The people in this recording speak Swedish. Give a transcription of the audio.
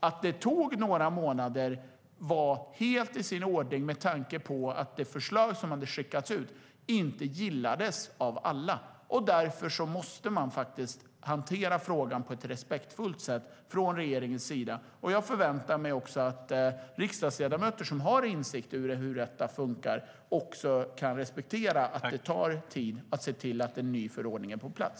Att det tog några månader var helt i sin ordning med tanke på att det förslag som hade skickats ut inte gillades av alla. Regeringen måste hantera frågan på ett respektfullt sätt. Jag förväntar mig att riksdagsledamöter som har insikt i hur detta fungerar också kan respektera att det tar tid att få en ny förordning på plats.